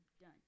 done